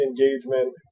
engagement